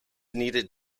needed